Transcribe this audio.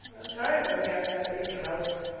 i'm tired looking after that big house.